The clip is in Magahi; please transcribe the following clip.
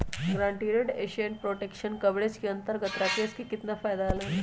गारंटीड एसेट प्रोटेक्शन कवरेज के अंतर्गत राकेश के कितना फायदा होलय?